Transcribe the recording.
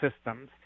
systems